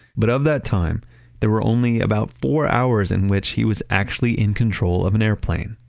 but of that time there were only about four hours in which he was actually in control of an airplane.